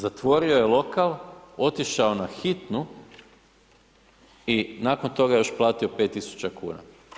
Zatvorio je lokal, otišao na hitnu i nakon toga još platio 5.000,00 kuna.